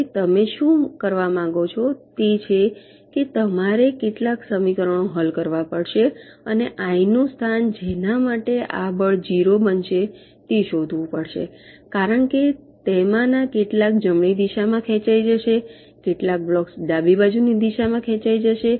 હવે તમે શું કરવા માંગો છો તે છે કે તમારે કેટલાક સમીકરણો હલ કરવા પડશે અને આઈ નું સ્થાન જેના માટે આ બળ ઝીરો બનશે તે શોધવું પડશે કારણ કે તેમાંના કેટલાક જમણી દિશામાં ખેંચાઈ જશે કેટલાક બ્લોક્સ ડાબી બાજુની દિશામાં ખેંચાઈ જશે